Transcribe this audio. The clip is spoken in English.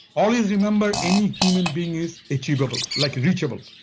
always remember any human being is achievable like reachable.